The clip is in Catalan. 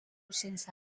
sense